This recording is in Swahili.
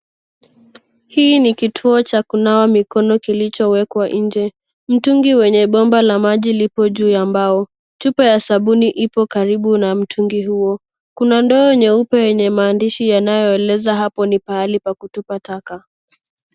Hii ni kituo cha kunawa mikono kilichowekwa nje. Mtungi wenye bomba la majil ipo juu ya mbao. Chupa ya sabuni ipo karibu karibu na mtungi huo. Kuna ndoo nyeupe yenye maandishi yanayoeleza hapo ni pahali pa kutupa taka.